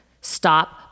Stop